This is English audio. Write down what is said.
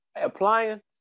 appliance